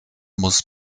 muss